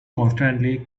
constantly